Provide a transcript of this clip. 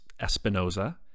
Espinoza